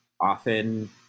often